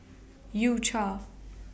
U Cha